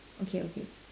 okay okay